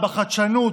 בחדשנות,